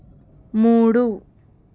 మూడు